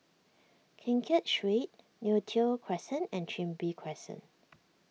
Keng Kiat Street Neo Tiew Crescent and Chin Bee Crescent